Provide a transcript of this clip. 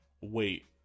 Wait